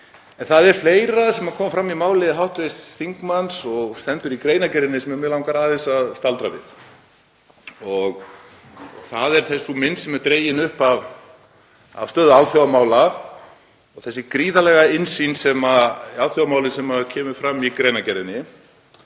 En það er fleira sem kom fram í máli hv. þingmanns og stendur í greinargerðinni sem mig langar aðeins að staldra við. Það er sú mynd sem er dregin upp af stöðu alþjóðamála, þessi gríðarlega innsýn í alþjóðamálin sem kemur fram í greinargerðinni.